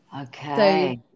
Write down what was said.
Okay